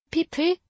People